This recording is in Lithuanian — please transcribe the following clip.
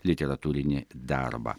literatūrinį darbą